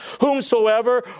Whomsoever